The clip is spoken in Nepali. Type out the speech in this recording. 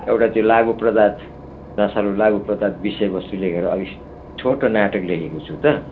एउटा त्यो लागु पदार्थ नसालु लागु पदार्थ विषय वस्तु लिएर एउटा छोटो नाटक लेखेको छु त